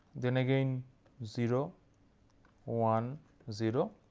then again zero one zero